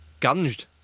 Gunged